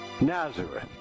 Nazareth